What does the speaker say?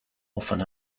often